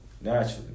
naturally